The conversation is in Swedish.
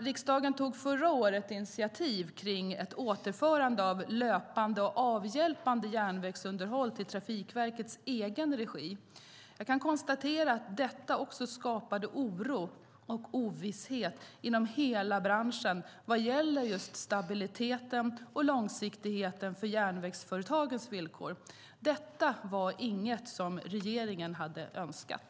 Riksdagen tog förra året initiativ kring ett återförande av löpande och avhjälpande järnvägsunderhåll till Trafikverkets egen regi. Jag kan konstatera att detta skapade oro och ovisshet inom hela branschen vad gäller stabiliteten och långsiktigheten för järnvägsföretagens villkor. Detta var inget som regeringen hade önskat.